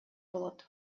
болот